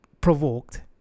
provoked